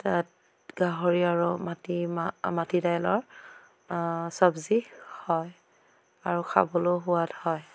তাত গাহৰি আৰু মাটি মাহ মাটি দাইলৰ চব্জি হয় আৰু খাবলৈও সোৱাদ হয়